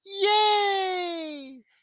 Yay